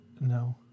No